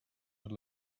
your